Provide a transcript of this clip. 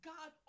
God